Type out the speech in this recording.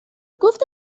گفتن